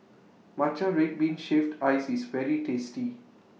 Matcha Red Bean Shaved Ice IS very tasty